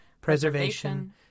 preservation